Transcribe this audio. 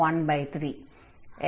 gx1x13